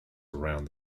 around